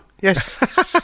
Yes